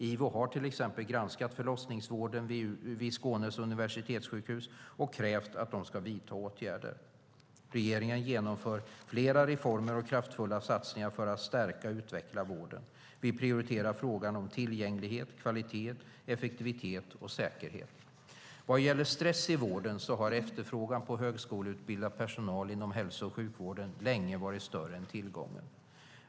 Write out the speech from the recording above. IVO har till exempel granskat förlossningsvården vid Skånes universitetssjukhus och krävt att de ska vidta åtgärder. Regeringen genomför flera reformer och kraftfulla satsningar för att stärka och utveckla vården. Vi prioriterar frågor om tillgänglighet, kvalitet, effektivitet och säkerhet. Vad gäller stress i vården har efterfrågan på högskoleutbildad personal inom hälso och sjukvården länge varit större än tillgången.